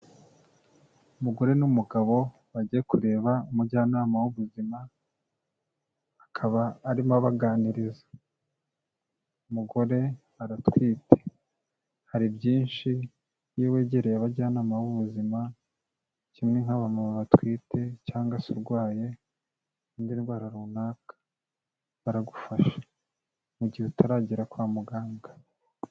Umugore n'umugabo bagiye kureba umujyanama w'ubuzima, akaba arimo abaganiriza. Umugore aratwite. Hari byinshi iyo wegereye abajyanama b'ubuzima kimwe nk'abantu batwite cyangwa se urwaye indi ndwara runaka, baragufasha mu gihe utaragera kwa muganga.